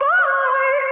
Bye